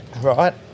Right